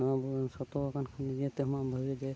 ᱱᱚᱣᱟ ᱵᱩᱨᱩ ᱥᱚᱛᱚᱣ ᱠᱟᱱ ᱠᱷᱟᱱ ᱱᱤᱡᱮ ᱛᱮᱦᱚᱸ ᱢᱟᱢ ᱵᱷᱟᱜᱤᱜᱮ